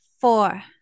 four